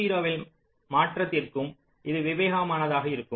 f0 ல் மாற்றத்திற்கும் இது விவேகமானதாக இருக்கும்